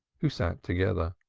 who sat together.